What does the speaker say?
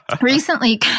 recently